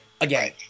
Again